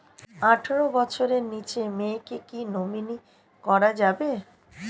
আঠারো বছরের নিচে মেয়েকে কী নমিনি করা যাবে?